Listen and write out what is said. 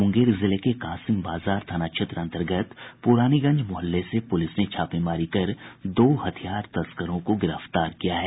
मुंगेर जिले के कासिम बाजार थाना क्षेत्र अंतर्गत पुरानीगंज मुहल्ले से पुलिस ने छापेमारी कर दो हथियार तस्करों को गिरफ्तार किया है